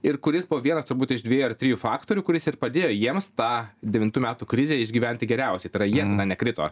ir kuris buvo vienas turbūt iš dvie ar trijų faktorių kuris ir padėjo jiems tą devintų metų krizę išgyventi geriausiai tai yra jie tada nekrito